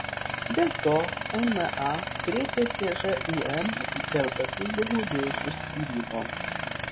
dėl to nma kreipėsi į žūm dėl papildomų lėšų skyrimo